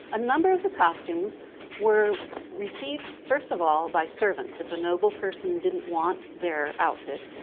a number of the costumes were received first of all by servants if a noble person didn't want their outfit,